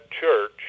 church